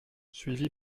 suivi